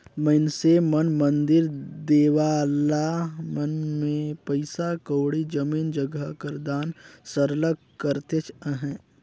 मइनसे मन मंदिर देवाला मन में पइसा कउड़ी, जमीन जगहा कर दान सरलग करतेच अहें